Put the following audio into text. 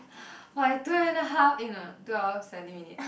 for two and a half eh no no two hours seventeen minutes